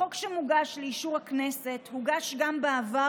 החוק המוגש לאישור הכנסת הוגש גם בעבר,